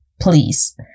please